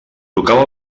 tocava